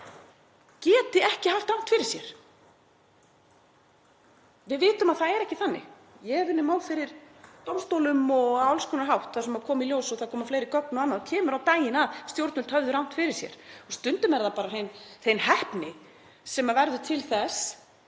geti ekki haft rangt fyrir sér. Við vitum að það er ekki þannig. Ég hef unnið mál fyrir dómstólum á alls konar hátt þar sem kom í ljós, það komu fleiri gögn og annað, kom á daginn að stjórnvöld höfðu rangt fyrir sér. Stundum er það bara hrein heppni sem verður til þess